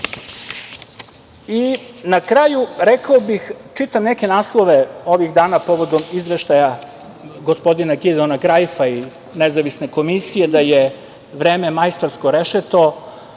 kraju, rekao bih, čitam neke naslove ovih dana povodom izveštaja gospodina … (ne razume se) Krajfa i nezavisne komisije, da je vreme majstorsko rešeto